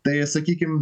tai sakykim